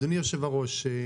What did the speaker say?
אדוני יושב הראש,